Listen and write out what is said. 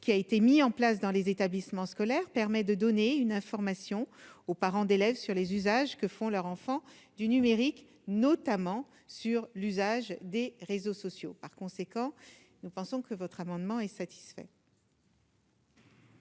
qui a été mis en place dans les établissements scolaires permet de donner une information aux parents d'élèves sur les usages que font leur enfants du numérique, notamment sur l'usage des réseaux sociaux, par conséquent, nous pensons que votre amendement est satisfait.